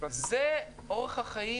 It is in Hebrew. זה אורח החיים,